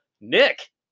Nick